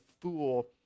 fool